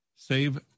Save